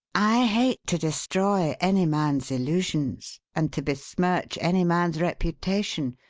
i hate to destroy any man's illusions and to besmirch any man's reputation,